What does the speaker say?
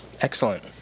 Excellent